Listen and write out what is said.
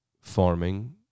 farming